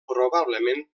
probablement